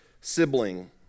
sibling